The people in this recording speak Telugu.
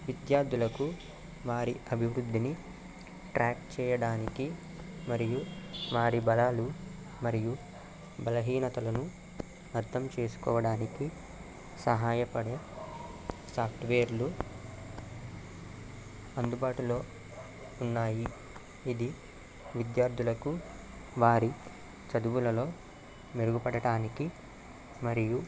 విద్యార్థులకు వారి అభివృద్ధిని ట్రాక్ చేయడానికి మరియు వారి బలాలు మరియు బలహీనతలను అర్థం చేసుకోవడానికి సహాయపడే సాఫ్ట్వేర్లు అందుబాటులో ఉన్నాయి ఇది విద్యార్థులకు వారి చదువులలో మెరుగుపడటానికి మరియు